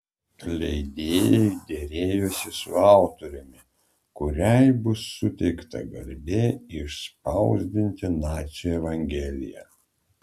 leidėjai derėjosi su autoriumi kuriai bus suteikta garbė išspausdinti nacių evangeliją